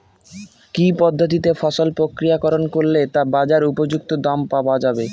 কি পদ্ধতিতে ফসল প্রক্রিয়াকরণ করলে তা বাজার উপযুক্ত দাম পাওয়া যাবে?